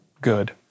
good